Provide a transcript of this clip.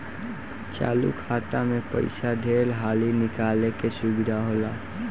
चालु खाता मे पइसा ढेर हाली निकाले के सुविधा होला